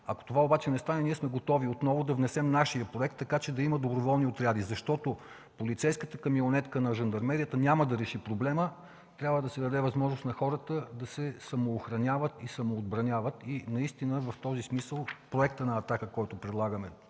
Ако това не стане, ние сме готови отново да внесем нашия проект, така че да има доброволни отряди. Полицейската камионетка на жандармерията няма да реши проблема, трябва да се даде възможност на хората да се самоохраняват и самоотбраняват. Наистина в този смисъл проектът, който „Атака“